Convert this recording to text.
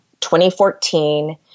2014